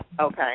Okay